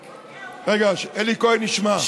רגע, שאלי כהן ישמע.